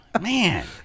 Man